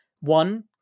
one